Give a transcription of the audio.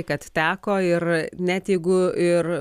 kad teko ir net jeigu ir